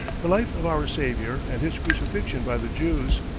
the life of our saviour and his crucifixion by the jews,